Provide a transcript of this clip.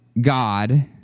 God